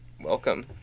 Welcome